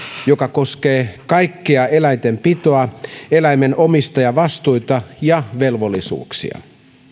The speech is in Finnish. joka koskee kaikkea eläintenpitoa eläimen omistajan vastuita ja velvollisuuksia